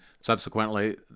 subsequently